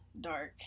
dark